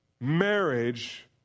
marriage